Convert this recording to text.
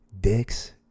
dicks